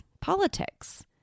politics